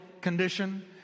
condition